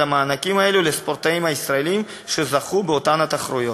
המענקים האלה לספורטאים הישראלים שזכו באותן תחרויות.